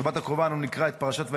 בשבת הקרובה אנחנו נקרא את פרשת וישלח,